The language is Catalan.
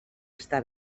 està